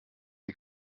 die